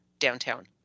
Downtown